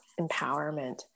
empowerment